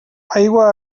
aigua